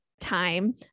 time